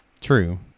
True